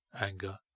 anger